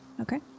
Okay